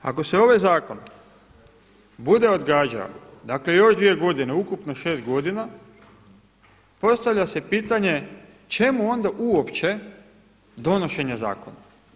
Ako se ovaj zakon bude odgađao dakle još 2 godine ukupno 6 godina postavlja se pitanje čemu onda uopće donošenje zakona?